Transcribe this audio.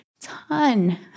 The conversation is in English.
ton